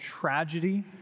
tragedy